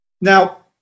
Now